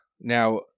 Now